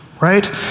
right